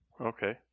Okay